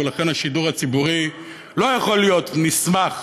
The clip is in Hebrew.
ולכן השידור הציבורי לא יכול להיות נסמך